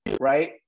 right